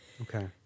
okay